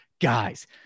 guys